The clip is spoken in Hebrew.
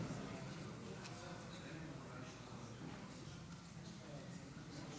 חבר הכנסת יוסף עטאונה, בבקשה.